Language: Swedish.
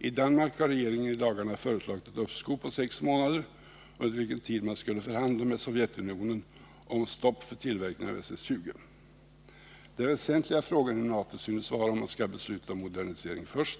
I Danmark har regeringen föreslagit ett uppskov på sex månader, under vilken tid man skulle förhandla med Sovjetunionen om stopp för tillverkning av SS-20. Den väsentliga frågan inom NATO synes vara om man skall besluta om modernisering först